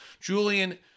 Julian